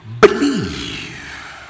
believe